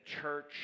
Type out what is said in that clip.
church